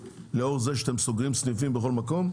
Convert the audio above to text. לאור זה שאתם סוגרים סניפים בכל מקום,